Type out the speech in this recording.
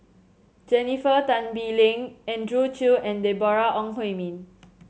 Jennifer Tan Bee Leng Andrew Chew and Deborah Ong Hui Min